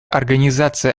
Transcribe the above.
организация